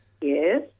Yes